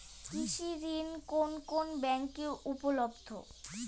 কৃষি ঋণ কোন কোন ব্যাংকে উপলব্ধ?